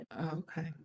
Okay